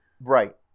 Right